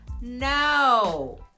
No